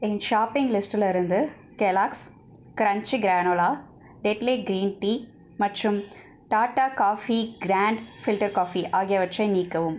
என் shopping லிஸ்ட்டிலிருந்து Kellogg's crunchy granola Tetley green tea மற்றும் Tata coffee grand filter coffee ஆகியவற்றை நீக்கவும்